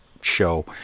show